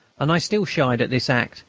and i still shied at this act,